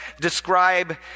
describe